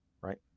Right